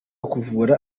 kuvura